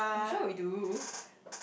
I'm sure we do